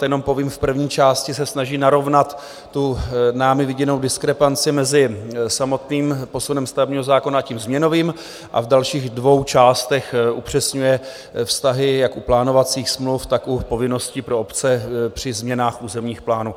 Jenom povím, v první části se snaží narovnat námi viděnou diskrepanci mezi samotným posunem stavebního zákona a tím změnovým a v dalších dvou částech upřesňuje vztahy jak u plánovacích smluv, tak u povinností pro obce při změnách územních plánů.